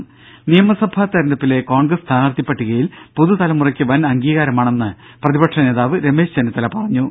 ദേദ നിയമസഭാ തെരഞ്ഞെടുപ്പിലെ കോൺഗ്രസ് സ്ഥാനാർഥി പട്ടികയിൽ പുതു തലമുറയ്ക്ക് വൻ അംഗീകാരമാണെന്ന് പ്രതിപക്ഷ നേതാവ് രമേശ് ചെന്നിത്തല പറഞ്ഞു